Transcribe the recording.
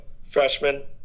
freshman